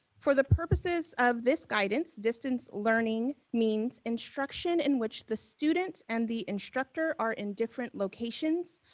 for the purposes of this guidance, distance learning means instruction in which the student and the instructor are in different locations.